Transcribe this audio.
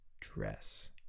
dress